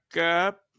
up